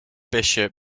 bishop